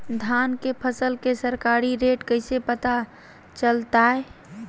धान के फसल के सरकारी रेट कैसे पता चलताय?